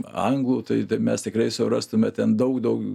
anglų tai mes tikrai surastume ten daug daug